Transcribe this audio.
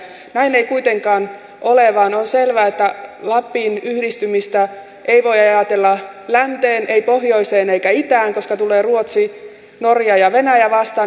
näin ei kuitenkaan ole vaan on selvää että lapin yhdistymistä ei voi ajatella länteen pohjoiseen eikä itään koska tulee ruotsi norja ja venäjä vastaan